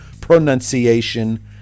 pronunciation